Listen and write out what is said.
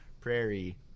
Prairie